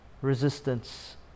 resistance